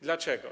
Dlaczego?